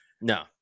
No